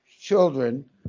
children